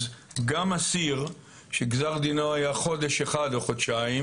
אז גם אסיר שגזר דינו היה חודש אחד או חודשיים,